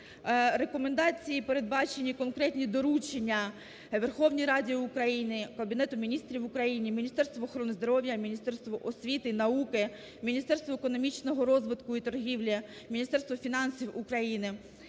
рекомендації передбачені конкретні доручення Верховній Раді України, Кабінету Міністрів України, Міністерству охорони здоров'я, Міністерству освіти і науки, Міністерству економічного розвитку і торгівлі, Міністерству фінансів України.